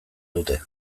dute